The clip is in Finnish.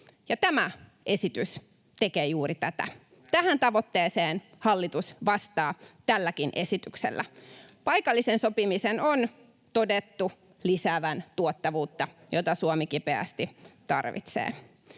tämä esitys tekee juuri tätä. Tähän tavoitteeseen hallitus vastaa tälläkin esityksellä. Paikallisen sopimisen on todettu lisäävän tuottavuutta, jota Suomi kipeästi tarvitsee.